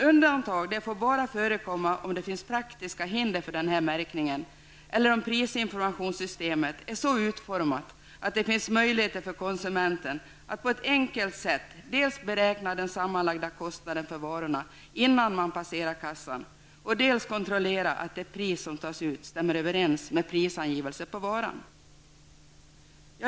Undantag får bara förekomma om det finns praktiska hinder för denna märkning eller om prisinformationssystemet är så utformat att det finns möjligheter för konsumenten att på ett enkelt sätt dels beräkna den sammanlagda kostnaden för varorna innan man passerar kassan, dels kontrollera att det pris som tas ut stämmer överens med prisangivelsen på varan.